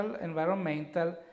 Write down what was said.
environmental